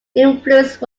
influence